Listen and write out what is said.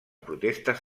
protestes